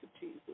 Jesus